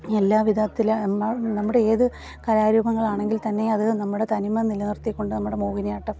എല്ലാവിധത്തിലും നമ്മുടെ ഏത് കലാരൂപങ്ങൾ ആണെങ്കില് തന്നെ അത് നമ്മുടെ തനിമ നിലനിർത്തിക്കൊണ്ട് നമ്മുടെ മോഹിനിയാട്ടം